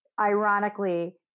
ironically